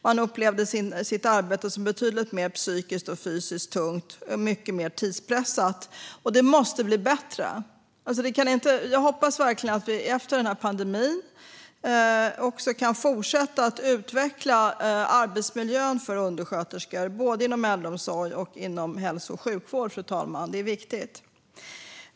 Man upplevde sitt arbete som betydligt mer psykiskt och fysiskt tungt och mer tidspressat. Det måste bli bättre. Jag hoppas verkligen att vi efter pandemin kan fortsätta att utveckla arbetsmiljön för undersköterskor inom både äldreomsorgen och hälso och sjukvården. Det är viktigt.